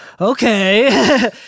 okay